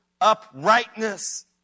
uprightness